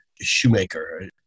shoemaker